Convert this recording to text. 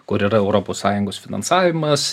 kur yra europos sąjungos finansavimas